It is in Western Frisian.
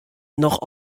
noch